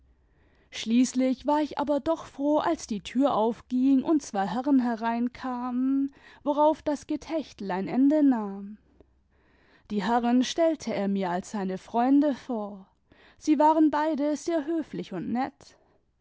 schließlich war ich aber doch froh als die tür aufging und zwei herren hereinkamen woriauf das getechtel ein ende nahm die herren stellte er mir als seine freunde vor sie waren beide sehr höflich und nett